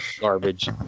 Garbage